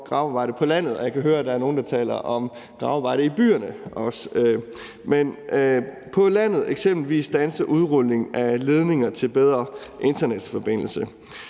gravearbejde på landet, og jeg kan høre, der er nogen, der taler om gravearbejde i byerne også – eksempelvis standse udrulning af ledninger til bedre internetforbindelse.